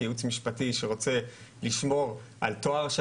כי ייעוץ משפטי שרוצה לשמור על טוהר של